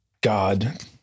God